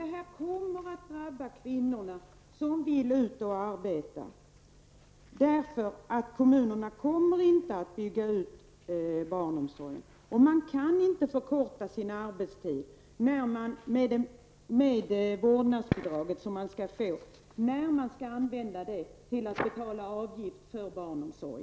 Det kommer att drabba kvinnor som vill ut och arbeta, eftersom kommunerna inte kommer att bygga ut barnomsorgen. Man kan inte använda vårdnadsbidraget för att förkorta sin arbetstid, eftersom man måste använda det för att betala avgiften för sin barnomsorg.